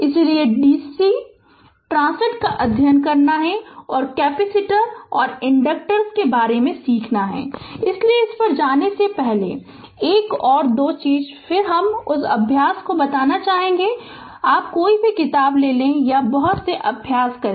Refer Slide Time 2704 इसलिए DC transient का अध्ययन करना है और कैपेसिटर और इंडक्टर्स के बारे में सीखना है इसलिए इस पर जाने से पहले सिर्फ एक और दो चीजें फिर से उस अभ्यास को बताना चाहेंगे कोई भी किताब लें और बहुत अभ्यास करें